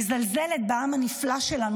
מזלזלת בעם הנפלא שלנו,